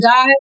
God